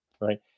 Right